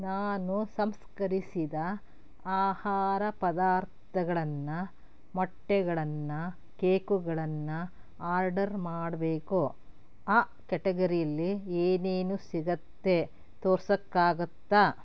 ನಾನು ಸಂಸ್ಕರಿಸಿದ ಆಹಾರ ಪದಾರ್ಥಗಳನ್ನು ಮೊಟ್ಟೆಗಳನ್ನು ಕೇಕುಗಳನ್ನು ಆರ್ಡರ್ ಮಾಡಬೇಕು ಆ ಕ್ಯಾಟಗರಿಲಿ ಏನೇನು ಸಿಗತ್ತೆ ತೋರಿಸಕ್ಕಾಗತ್ತಾ